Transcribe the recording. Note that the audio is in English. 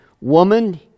woman